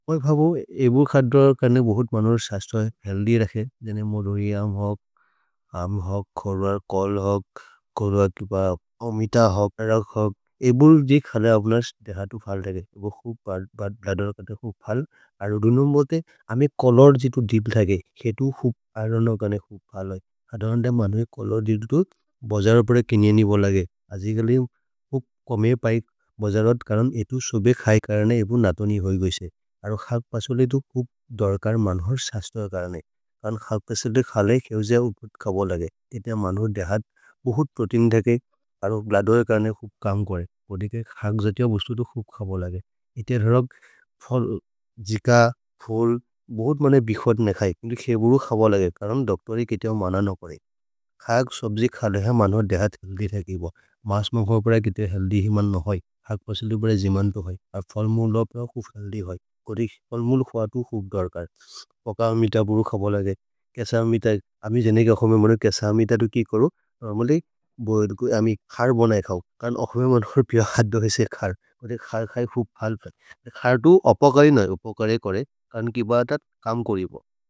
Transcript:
मे भ भ बो एबु खद्रो कर्ने बोहोत् मनोर् सश्तो हेले दि रख्ये, जेने मोदोरि आम् होक्, आम् होक्, खोरर्, कोल् होक्, कोलत् प ओमित होक्, आक् होक्। एबु दि खल ओब्लास् देहतु फल्दगे। एगो हुक् बदरो कर्ने हुक् फल्द्, अरो दुनुम् बोते, अमे कोलोर् जितु दिब्दगे, हेतु हुक् आरोनकने हुक् फल्दगे। आरोन् द मनु ए कोलोर् जितु दुत् बजरप्रे केन्जेनि बोलगे। अजिगे गले जिम् हुक् कोमे पैक् बजरप्रे कर्ने।